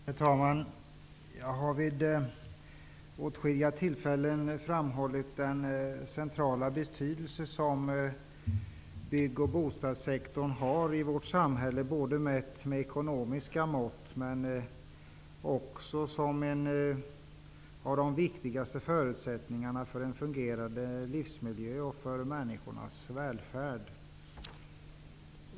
Herr talman! Jag har vid åtskilliga tillfällen framhållit den centrala betydelse som bygg och bostadssektorn har i vårt samhälle -- både mätt med ekonomiska mått och som en av de viktigaste förutsättningarna för en fungerande livsmiljö och för människornas välfärd.